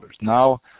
Now